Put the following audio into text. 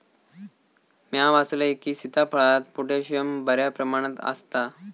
म्या वाचलंय की, सीताफळात पोटॅशियम बऱ्या प्रमाणात आसता